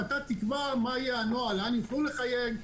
ואתה תקבע מה יהיה הנוהל לאן ייתנו לחייג,